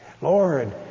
Lord